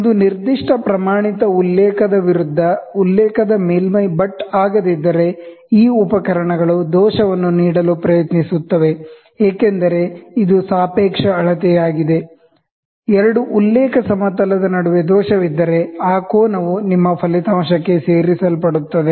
ಒಂದು ನಿರ್ದಿಷ್ಟ ಪ್ರಮಾಣಿತ ಉಲ್ಲೇಖದ ವಿರುದ್ಧ ಉಲ್ಲೇಖದ ಮೇಲ್ಮೈ ಬಟ್ ಆಗದಿದ್ದರೆ ಈ ಉಪಕರಣಗಳು ದೋಷವನ್ನು ನೀಡಲು ಪ್ರಯತ್ನಿಸುತ್ತವೆ ಏಕೆಂದರೆ ಇದು ಸಾಪೇಕ್ಷ ಅಳತೆಯಾಗಿದೆ ಎರಡು ಉಲ್ಲೇಖ ಸಮತಲದ ನಡುವೆ ದೋಷವಿದ್ದರೆ ಆ ಕೋನವು ನಿಮ್ಮ ಫಲಿತಾಂಶಕ್ಕೆ ಸೇರಿಸಲ್ಪಡುತ್ತದೆ